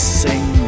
sing